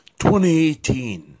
2018